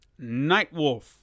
Nightwolf